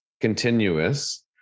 continuous